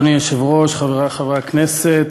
אדוני היושב-ראש, חברי חברי הכנסת,